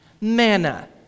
Manna